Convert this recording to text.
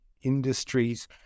industries